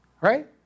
right